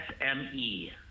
S-M-E